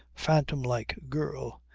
phantom-like girl,